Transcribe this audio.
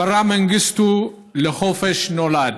אברה מנגיסטו לחופש נולד.